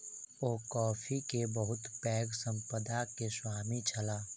ओ coffee के बहुत पैघ संपदा के स्वामी छलाह